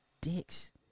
dicks